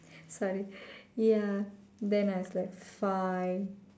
sorry ya then I was like fine